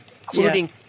Including